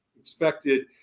expected